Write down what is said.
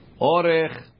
Orech